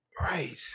Right